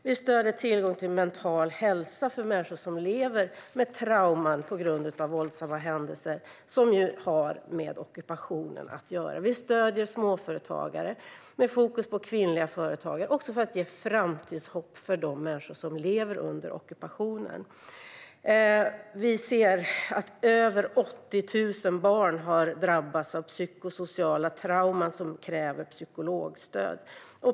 Vi stöder tillgång till mental hälsa för människor som lever med trauman på grund av våldsamma händelser som har med ockupationen att göra. Vi stöder småföretagare, med fokus på kvinnliga företagare, för att ge framtidshopp till de människor som lever under ockupationen. Vi ser att över 80 000 barn har drabbats av psykosociala trauman som kräver psykologstöd.